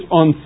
on